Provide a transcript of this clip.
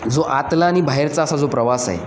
जो आतला आणि बाहेरचा असा जो प्रवास आहे